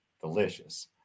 Delicious